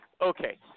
Okay